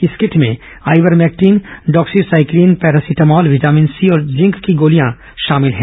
इस किट में ivermectin doxycycline paracetamol vitamin C और जिंक की गोलियां शामिल हैं